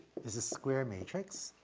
is a square matrix.